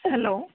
hello